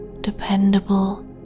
dependable